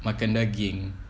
makan daging